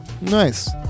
Nice